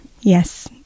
Yes